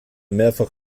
mehrfach